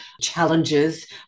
challenges